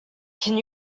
can